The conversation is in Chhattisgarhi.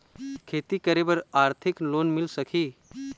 खेती करे बर आरथिक लोन मिल सकही?